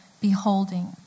beholding